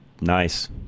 Nice